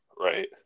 Right